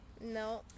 No